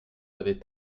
avez